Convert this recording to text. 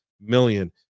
million